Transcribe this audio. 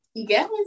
Yes